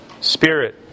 spirit